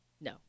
No